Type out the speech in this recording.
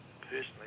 personally